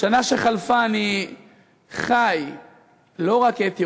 בשנה שחלפה אני חי לא רק את ירושלים,